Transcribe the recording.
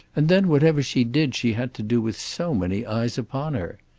and then whatever she did she had to do with so many eyes upon her!